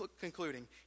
concluding